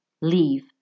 Leave